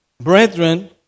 Brethren